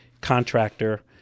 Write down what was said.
contractor